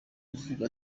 kuvuga